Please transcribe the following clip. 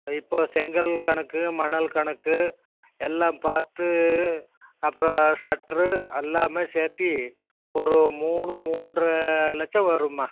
இப்போ செங்கல் கணக்கு மணல் கணக்கு எல்லாம் பார்த்து அப்புறோம் சட்ரு எல்லாமே சேர்த்தி ஒரு மூணு மூன்ற லட்சம் வரும்மா